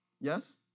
Yes